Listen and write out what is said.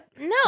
No